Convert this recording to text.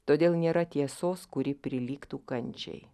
todėl nėra tiesos kuri prilygtų kančiai